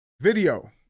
Video